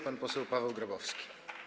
Pan poseł Paweł Grabowski.